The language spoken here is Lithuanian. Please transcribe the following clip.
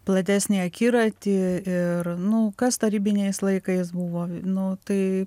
platesnį akiratį ir nu kas tarybiniais laikais buvo nu tai